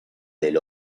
del